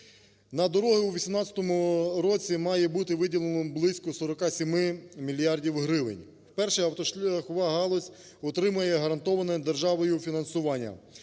На дороги у 18 році має бути виділено близько 47 мільярдів гривень. Вперше автошляхова галузь отримає гарантоване державою фінансування,